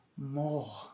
more